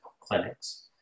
clinics